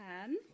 Ten